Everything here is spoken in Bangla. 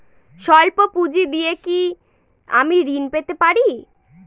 সল্প পুঁজি দিয়ে কি আমি ঋণ পেতে পারি?